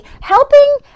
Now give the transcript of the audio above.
helping